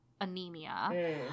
anemia